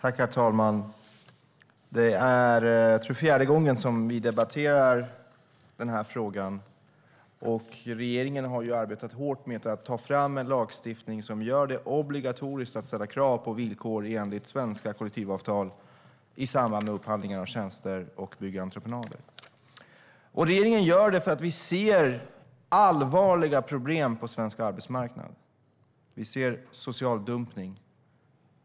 Herr talman! Jag tror att det är fjärde gången som vi debatterar den här frågan. Regeringen har arbetat hårt med att ta fram lagstiftning som gör det obligatoriskt att ställa krav på villkor enligt svenska kollektivavtal i samband med upphandling av tjänster och byggentreprenader. Regeringen gör det eftersom vi ser allvarliga problem på svensk arbetsmarknad. Vi ser social dumpning.